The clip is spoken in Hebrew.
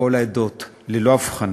כל העדות, ללא הבחנה.